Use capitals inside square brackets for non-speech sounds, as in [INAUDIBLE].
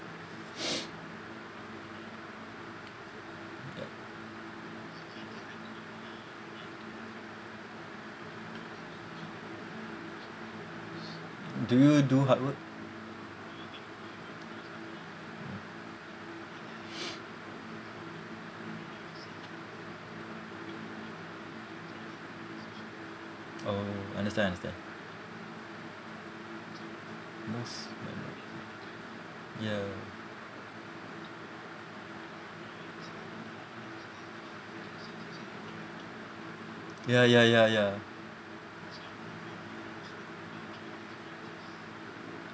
[NOISE] yup do you do hard work [NOISE] oh understand understand most memorable ya ya ya ya ya